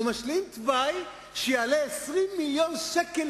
הוא משלים תוואי שיעלה לנו 20 מיליון ש"ח.